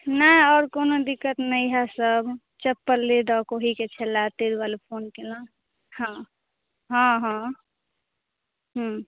नहि आओर कोनो दिक्कत नहि हइ सब चप्पल लै दैके ओहिके छलै ताहि दुआरे फोन कएलहुँ हँ हँ हँ हँ